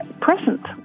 present